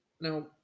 Now